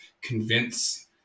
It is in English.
convince